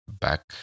back